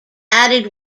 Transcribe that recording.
added